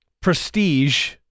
prestige